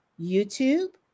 YouTube